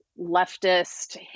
leftist